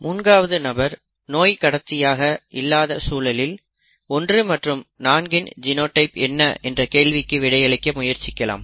3 ஆவது நபர் நோய் கடத்தி இல்லாத சூழலில் 1 மற்றும் 4 இன் ஜினோடைப் என்ன என்ற கேள்விக்கு விடையளிக்க முயற்சிக்கலாம்